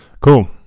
Cool